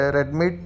Redmi